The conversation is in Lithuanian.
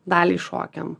daliai šokiam